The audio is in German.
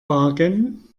wagen